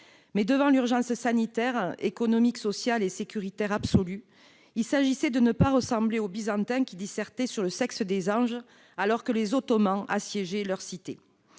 Mais, devant l'urgence sanitaire, économique, sociale et sécuritaire absolue, il s'agissait de ne pas ressembler aux Byzantins, qui dissertaient sur le sexe des anges alors que les Ottomans assiégeaient leur cité.